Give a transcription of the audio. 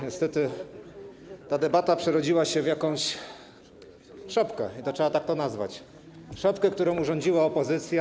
Niestety ta debata przerodziła się w jakąś szopkę i trzeba tak to nazwać - szopkę, którą urządziła opozycja.